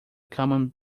common